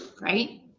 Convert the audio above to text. right